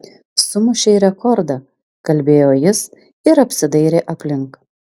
sumušei rekordą kalbėjo jis ir apsidairė aplink